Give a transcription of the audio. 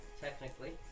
technically